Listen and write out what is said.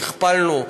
שהכפלנו,